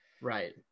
right